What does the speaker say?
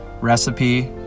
recipe